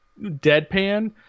deadpan